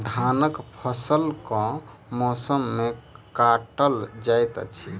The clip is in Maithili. धानक फसल केँ मौसम मे काटल जाइत अछि?